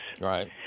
right